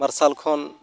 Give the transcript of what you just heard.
ᱢᱟᱨᱥᱟᱞ ᱠᱷᱚᱱ